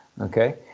okay